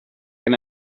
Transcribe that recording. can